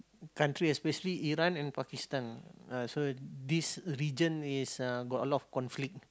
country especially Iran and Pakistan ah so this region is uh got a lot of conflict